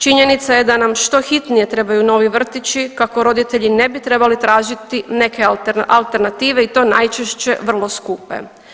Činjenica je da nam što hitnije trebaju novi vrtići kako roditelji ne bi trebali tražiti neke alternative i to najčešće vrlo skupe.